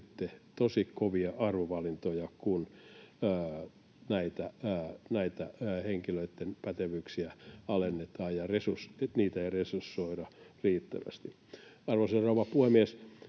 tosi kovia arvovalintoja, kun näitä henkilöitten pätevyyksiä alennetaan ja niitä ei resursoida riittävästi. Arvoisa rouva puhemies!